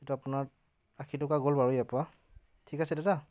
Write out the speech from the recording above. এইটো আপোনাৰ আশী টকা গ'ল বাৰু ইয়াৰ পৰা ঠিক আছে দাদা